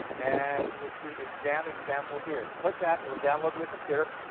and you will see exam example here. if you click that, it will download to your computer.